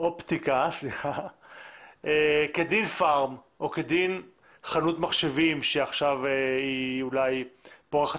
אופטיקה כדין פארם או כדין חנות מחשבים שעכשיו היא אולי פורחת